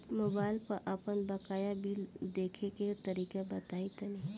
Mobile पर आपन बाकाया बिल देखे के तरीका बताईं तनि?